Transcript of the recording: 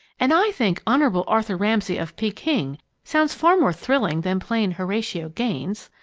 and i think honorable arthur ramsay of peking sounds far more thrilling than plain horatio gaines!